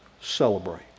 celebrate